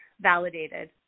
validated